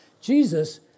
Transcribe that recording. Jesus